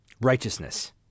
righteousness